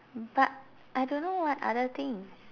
but I don't know what other things